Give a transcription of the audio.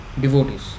devotees